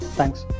Thanks